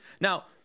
now